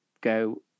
go